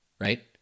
Right